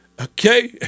Okay